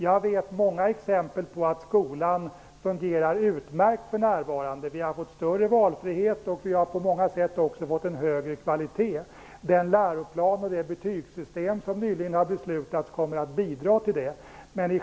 Jag vet många exempel på att skolan för närvarande fungerar utmärkt. Vi har fått större valfrihet, och vi har på många sätt också fått en högre kvalitet. Den läroplan och det betygssystem som vi nyligen har fattat beslut om kommer också att bidra till det.